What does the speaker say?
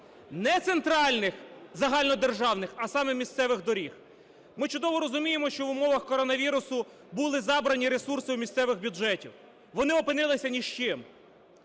не центральних, загальнодержавних, а саме місцевих доріг. Ми чудово розуміємо, що в умовах коронавірусу були забрані ресурси у місцевих бюджетів, вони опинилися ні з чим.